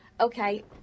okay